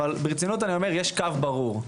אבל יש קו ברור,